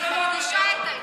אני מדגישה את העניין.